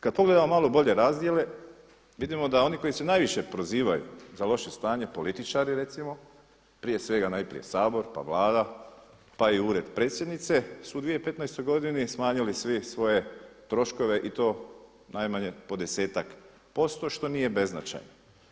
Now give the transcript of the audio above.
Kad pogledamo malo bolje razdjele vidimo da oni koji se najviše prozivaju za loše stanje političari recimo, prije svega najprije Sabor pa Vlada pa i Ured predsjednice su u 2015. godini smanjili svi svoje troškove i to najmanje po desetak posto što nije beznačajno.